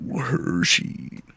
Hershey